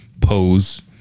pose